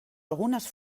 algunes